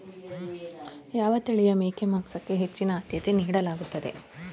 ಯಾವ ತಳಿಯ ಮೇಕೆ ಮಾಂಸಕ್ಕೆ ಹೆಚ್ಚಿನ ಆದ್ಯತೆ ನೀಡಲಾಗುತ್ತದೆ?